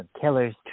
Killer's